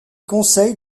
conseil